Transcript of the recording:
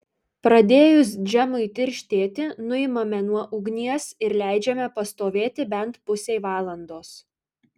pradėjus džemui tirštėti nuimame nuo ugnies ir leidžiame pastovėti bent pusei valandos